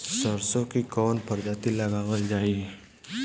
सरसो की कवन प्रजाति लगावल जाई?